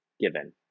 given